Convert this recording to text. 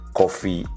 coffee